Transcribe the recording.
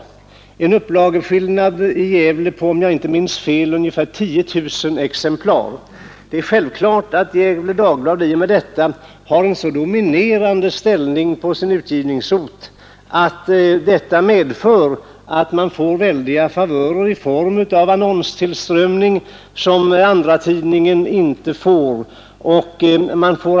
Det föreligger en skillnad i upplaga i Gävle på ungefär 10 000 exemplar, om jag inte minns fel, och självfallet har Gefle Dagblad därmed en så dominerande ställning på utgivningsorten att tidningen får stora favörer när det gäller annonstillströmningen. Den andra tidningen har inte samma förmån.